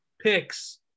picks